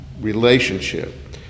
relationship